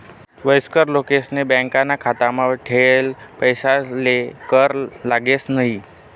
वयस्कर लोकेसले बॅकाना खातामा ठेयेल पैसासले कर लागस न्हयी